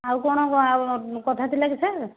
ଆଉ କ'ଣ କଥା ଥିଲା କି ସାର୍